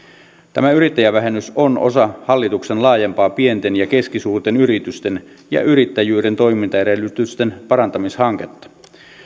tämä yrittäjävähennys on osa hallituksen laajempaa pienten ja keskisuurten yritysten ja yrittäjyyden toimintaedellytysten parantamishanketta